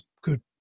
good